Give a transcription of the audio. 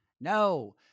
No